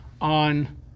on